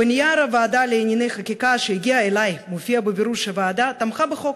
בנייר הוועדה לענייני חקיקה שהגיע אלי מופיע בבירור שהוועדה תמכה בחוק,